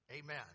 Amen